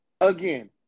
Again